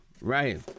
Right